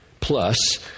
plus